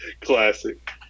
Classic